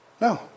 No